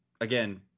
again